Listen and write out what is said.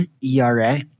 ERA